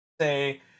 say